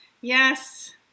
Yes